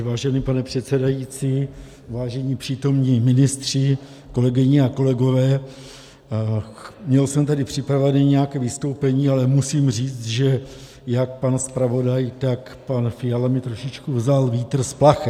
Vážený pane předsedající, vážení přítomní ministři, kolegyně a kolegové, měl jsem tady připravené nějaké vystoupení, ale musím říct, že jak pan zpravodaj, tak pan Fiala mi trošičku vzali vítr z plachet.